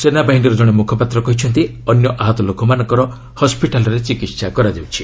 ସେନାବାହିନୀର ଜଣେ ମୁଖପାତ୍ର କହିଛନ୍ତି ଅନ୍ୟ ଆହତ ଲୋକମାନଙ୍କର ହସ୍କିଟାଲ୍ରେ ଚିକିତ୍ସା କରାଯାଉଛି